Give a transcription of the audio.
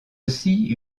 aussi